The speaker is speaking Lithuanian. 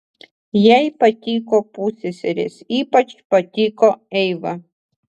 jai patiko pusseserės ypač patiko eiva